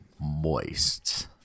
Moist